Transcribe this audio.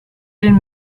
den